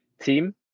team